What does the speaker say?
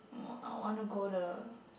or I want to go the